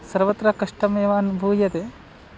सर्वत्र कष्टमेव अनुभूयते